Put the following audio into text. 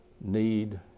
need